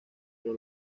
pero